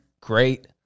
great